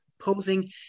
posing